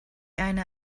eine